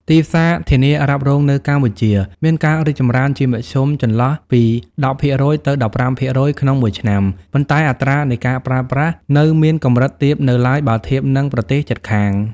ទីផ្សារធានារ៉ាប់រងនៅកម្ពុជាមានការរីកចម្រើនជាមធ្យមចន្លោះពី ១០% ទៅ ១៥% ក្នុងមួយឆ្នាំ ប៉ុន្តែអត្រានៃការប្រើប្រាស់ នៅមានកម្រិតទាបនៅឡើយបើធៀបនឹងប្រទេសជិតខាង។